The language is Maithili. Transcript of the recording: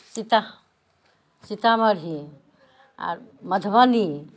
सीता सीतामढ़ी आओर मधुबनी